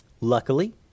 Luckily